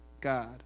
God